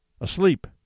asleep